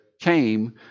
came